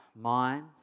minds